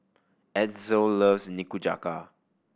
Edsel loves Nikujaga